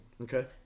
Okay